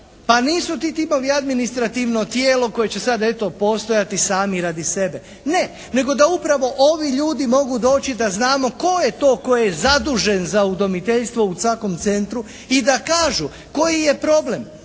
Pa nisu ti timovi administrativno tijelo koji će sad eto postojati sami radi sebe. Ne, nego da upravo ovi ljudi mogu doći, da znamo tko je to tko je zadužen za udomiteljstvo u svakom centru i da kažu koji je problem?